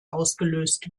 ausgelöst